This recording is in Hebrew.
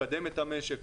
לקדם את המשק,